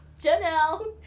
Janelle